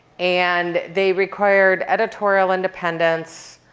and they required editorial independence,